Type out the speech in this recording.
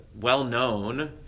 well-known